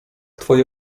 twoje